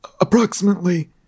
approximately